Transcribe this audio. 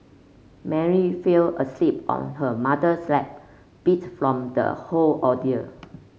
Mary fell asleep on her mother's lap beat from the whole ordeal